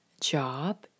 job